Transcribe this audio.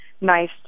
nice